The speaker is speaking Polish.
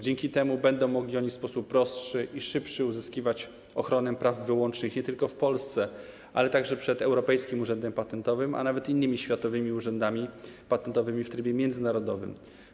Dzięki temu będą oni mogli w sposób prostszy i szybszy uzyskiwać ochronę praw wyłącznych nie tylko w Polsce, ale także przed Europejskim Urzędem Patentowym, a nawet innymi światowymi urzędami patentowymi w trybie międzynarodowym.